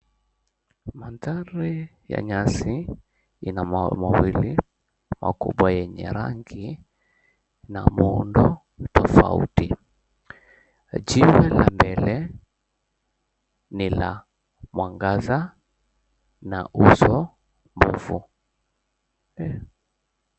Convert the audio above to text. Maandhari ya nyasi ina maua marefu makubwa yenye rangi na muundo tofauti jiwe la mbele lina mwangaza uso refu.